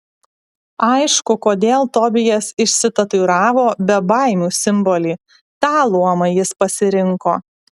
aišku kodėl tobijas išsitatuiravo bebaimių simbolį tą luomą jis pasirinko